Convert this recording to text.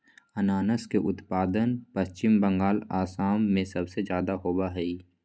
अनानस के उत्पादन पश्चिम बंगाल, असम में सबसे ज्यादा होबा हई